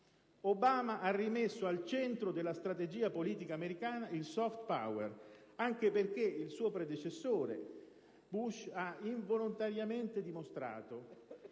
Obama ha rimesso al centro della strategia politica americana il *soft power*, anche perché il suo predecessore Bush ha involontariamente dimostrato che